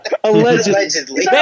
allegedly